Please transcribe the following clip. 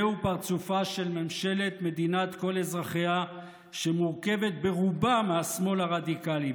זהו פרצופה של ממשלת מדינת כל אזרחיה שמורכבת ברובה מהשמאל הרדיקלי.